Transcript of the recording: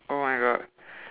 oh my god